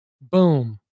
boom